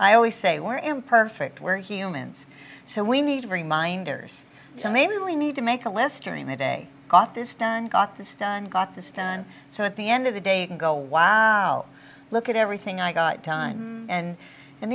i always say or imperfect where humans so we need reminders so maybe we need to make a list turning the day off this done got this done got this done so at the end of the day you can go wow look at everything i got time and and